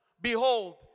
Behold